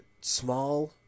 small